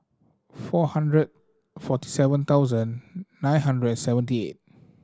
four hundred forty seven thousand nine hundred and seventy eight